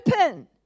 open